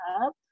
up